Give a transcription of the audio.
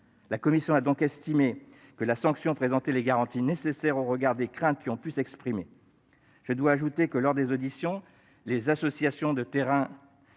La commission a donc estimé que la sanction présentait les garanties nécessaires au regard des craintes qui ont pu s'exprimer. Je dois ajouter que, lors des auditions, les associations de terrain